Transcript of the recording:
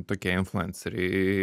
tokie influenceriai